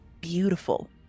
beautiful